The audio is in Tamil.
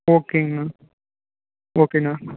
ஓகேங்கண்ணா ஓகேண்ணா